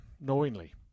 knowingly